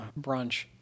brunch